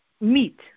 meat